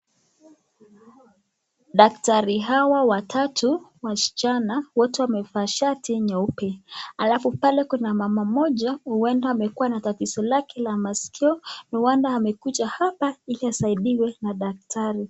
Daktari hawa watatu wasichana wote wamevaa shati nyeupe, alafu pale kuna mama mmoja ameenda amekua na tatizo lake la maskio huenda amekuja hapa ili asaidiwe na daktari.